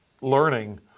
learning